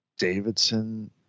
Davidson